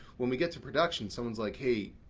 when we get to production someone is like, hey,